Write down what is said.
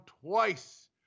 twice